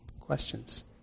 questions